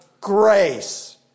grace